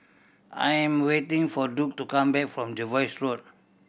I am waiting for Duke to come back from Jervois Road